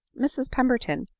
mrs pemberton,